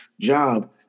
job